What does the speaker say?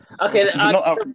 Okay